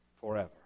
forever